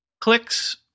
Clicks